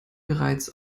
bereits